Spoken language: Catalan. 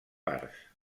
parts